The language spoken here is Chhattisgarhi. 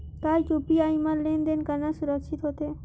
का यू.पी.आई म लेन देन करना सुरक्षित होथे?